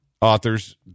authors